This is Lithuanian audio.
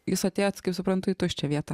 jūs atėjot kaip suprantu į tuščią vietą